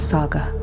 Saga